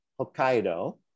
Hokkaido